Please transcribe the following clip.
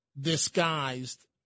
disguised